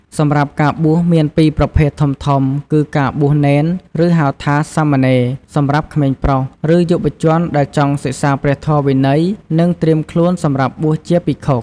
សម្រាប់ការបួសមានពីរប្រភេទធំៗគឺការបួសនេន ឬហៅថា សាមណេរ សម្រាប់ក្មេងប្រុស ឬយុវជនដែលចង់សិក្សាព្រះធម៌វិន័យ និងត្រៀមខ្លួនសម្រាប់បួសជាភិក្ខុ។